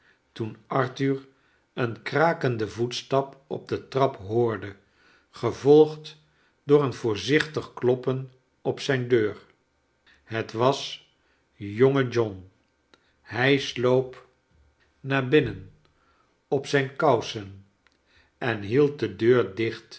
toon arthur een krakenden voetstap op le trap hoorde gevolgd door een i voor zich tig kloppen op zijn deur het was jonge john hij sloop mar bin nen op zijn kousen en hield de deur dicht